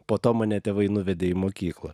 po to mane tėvai nuvedė į mokyklą